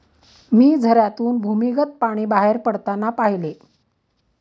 मी झऱ्यातून भूमिगत पाणी बाहेर पडताना पाहिले